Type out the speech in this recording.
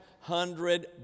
hundred